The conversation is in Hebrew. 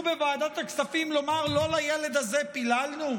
בוועדת הכספים לומר: לא לילד הזה פיללנו?